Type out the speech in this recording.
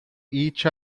each